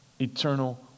eternal